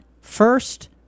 first